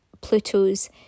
Pluto's